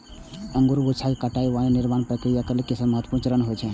अंगूरक गुच्छाक कटाइ वाइन निर्माण प्रक्रिया केर सबसं महत्वपूर्ण चरण होइ छै